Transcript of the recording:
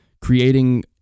creating